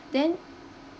then